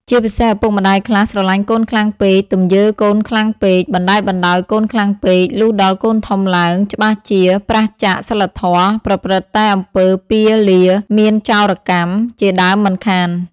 ជាពិសេស ឪពុកម្ដាយខ្លះស្រលាញ់កូនខ្លាំងពេកទំយើកូនខ្លាំងពេក បណ្ដែតបណ្ដោយកូនខ្លាំងពេក លុះដល់កូនធំឡើង ច្បាស់ជាប្រាសចាកសីលធម៌ ប្រព្រឹត្តតែអំពើពាលា មានចោរកម្ម ជាដើមមិនខាន ។